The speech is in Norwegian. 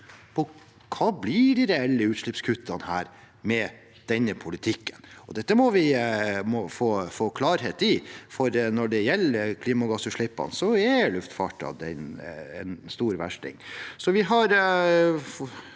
på hva som blir de reelle utslippskuttene med denne politikken. Dette må vi få klarhet i, for når det gjelder klimagassutslippene, er luftfarten en stor versting.